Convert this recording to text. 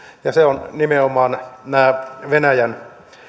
ja se on nimenomaan venäjän